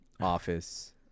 Office